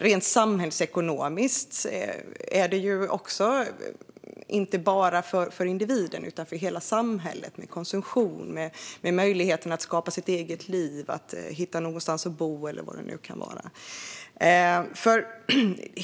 Det är också viktigt rent samhällsekonomiskt, inte bara för individen utan för hela samhället, med konsumtion och med möjligheten att skapa sitt eget liv och hitta någonstans att bo eller vad det nu kan vara.